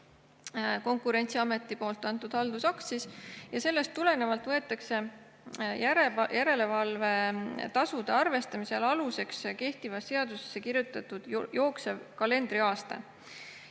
Konkurentsiameti antud haldusakt. Sellest tulenevalt võetakse järelevalvetasude arvestamisel aluseks kehtivasse seadusesse kirjutatud jooksev kalendriaasta.